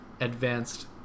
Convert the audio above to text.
advanced